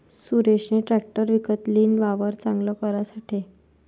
सुरेशनी ट्रेकटर विकत लीन, वावर चांगल करासाठे